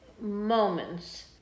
moments